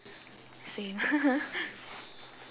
same